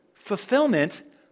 fulfillment